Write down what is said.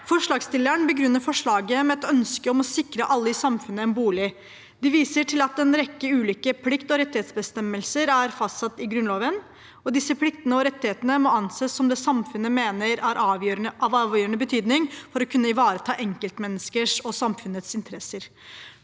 Forslagsstillerne begrunner forslaget med et ønske om å sikre alle i samfunnet en bolig. De viser til at en rekke ulike plikt- og rettighetsbestemmelser er fastsatt i Grunnloven, og disse pliktene og rettighetene må anses som det samfunnet mener er av avgjørende betydning for å kunne ivareta enkeltmenneskers og samfunnets interesser.